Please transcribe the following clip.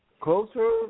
closer